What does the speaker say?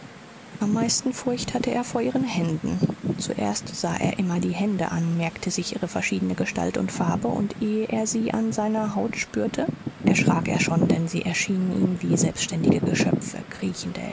am meisten furcht hatte er vor ihren händen zuerst sah er immer die hände an merkte sich ihre verschiedene gestalt und farbe und ehe er sie an seiner haut spürte erschrak er schon denn sie erschienen ihm wie selbständige geschöpfe kriechende